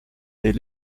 est